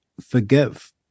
forgive